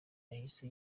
yahise